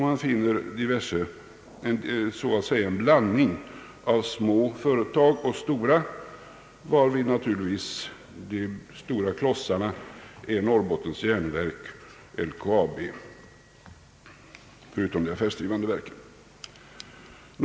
Man finner så att säga en blandning av små företag och stora, varvid naturligtvis de stora klossarna är Norrbottens järnverk och LKAB, förutom de affärsdrivande verken.